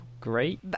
great